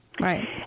Right